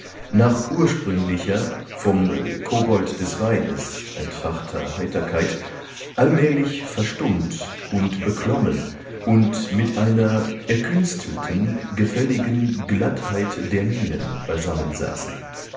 nach ursprünglicher vom kobold des weines entfachter heiterkeit allmählich verstummt und beklommen und mit einer erkünstelten gefälligen glattheit der mienen beisammen saßen